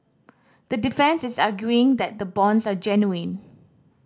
the defence is arguing that the bonds are genuine